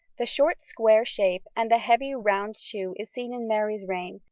the short square shape and the heavy round shoe is seen in mary's reign,